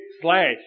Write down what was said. slash